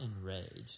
enraged